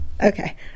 Okay